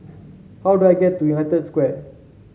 how do I get to United Square